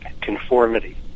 conformity